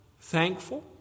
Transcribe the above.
thankful